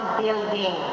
building